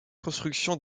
constructions